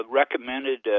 recommended